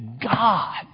God